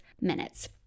minutes